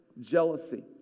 jealousy